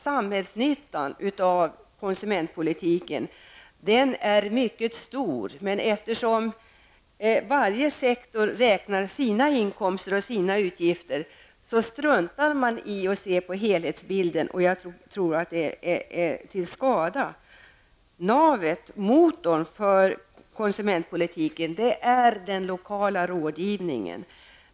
Samhällsnyttan av konsumentpolitiken är mycket stor, men eftersom varje sektor räknar sina inkomster och utgifter struntar man i att se på helhetsbilden, och jag tror att det är till skada. Navet, motorn, för konsumentpolitiken är den lokala rådgivningen.